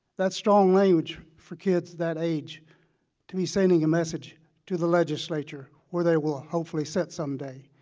that's strong language for kids that age to be sending a message to the legislature where they will hopefully sit someday,